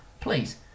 please